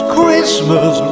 Christmas